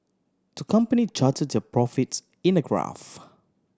to company charted their profits in a graph